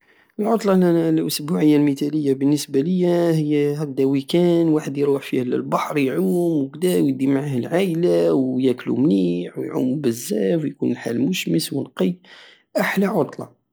العطلة الأسبوعية المتالية بالنسبة لية هي هي هكدا وياند واحد يروح فيه لابحر ويعوم وكدا ويدي معاه العايلة وياكلو مليح ويعومو بزاف ويكون الحال مشمس ونقي احلى عطلة